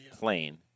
plane